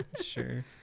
sure